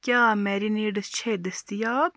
کیٛاہ میرینیڈٕز چھےٚ دٔستیاب